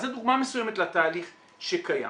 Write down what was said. זו דוגמא מסוימת לתהליך שקיים.